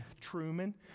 Truman